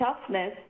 toughness